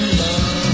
love